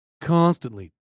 constantly